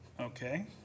Okay